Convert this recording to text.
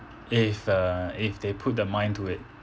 if uh if they put their mind to it